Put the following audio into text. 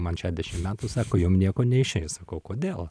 man šešiasdešim metų sako jum nieko neišeis sakau kodėl